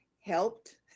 helped